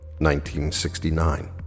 1969